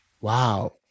Wow